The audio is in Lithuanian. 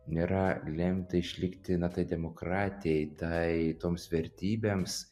nėra lemta išlikti na tai demokratijai tai toms vertybėms